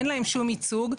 אין להם שום ייצוג.